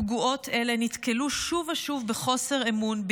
פגועות אלה נתקלו שוב ושוב בחוסר אמון,